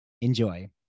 Enjoy